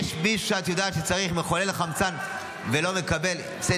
אם יש מישהו שאת יודעת שצריך מחולל חמצן ולא מקבל ------ בסדר.